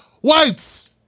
whites